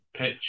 pitch